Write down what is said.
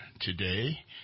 today